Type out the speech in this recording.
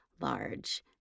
large